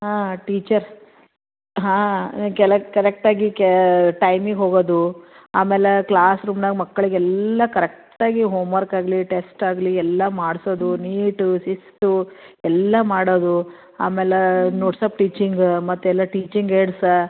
ಹಾಂ ಟೀಚರ್ಸ್ ಹಾಂ ಕೆಲೆಕ್ಟ್ ಕರೆಕ್ಟಾಗಿ ಕ್ಯಾ ಟೈಮಿಗೆ ಹೋಗೋದು ಆಮೇಲೆ ಕ್ಲಾಸ್ ರೂಮ್ನಾಗ ಮಕ್ಳಿಗೆಲ್ಲ ಕರೆಕ್ಟಾಗಿ ಹೋಮ್ವರ್ಕ್ ಆಗಲಿ ಟೆಸ್ಟ್ ಆಗಲಿ ಎಲ್ಲ ಮಾಡಿಸೋದು ನೀಟ್ ಶಿಸ್ತು ಎಲ್ಲ ಮಾಡೋದು ಆಮೇಲೆ ನೋಟ್ಸ್ ಅಪ್ ಟೀಚಿಂಗ್ ಮತ್ತು ಎಲ್ಲ ಟೀಚಿಂಗ್ ಹೇಳ್ಕೊ